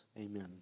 Amen